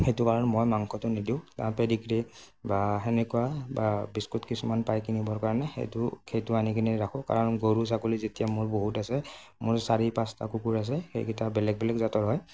সেইটো কাৰণে মই মাংসটো নিদিওঁ তাৰ পেডিগ্ৰী বা সেনেকুৱা বা বিস্কুট কিছুমান পাই কিনিবৰ কাৰণে সেইটো সেইটো আনি কিনে ৰাখোঁ কাৰণ গৰু ছাগলী যেতিয়া মোৰ বহুত আছে মোৰ চাৰি পাঁচটা কুকুৰ আছে সেইকেইটা বেলেগ বেলেগ জাতৰ হয়